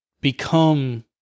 become